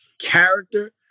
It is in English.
character